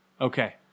Okay